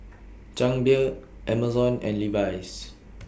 Chang Beer Amazon and Levi's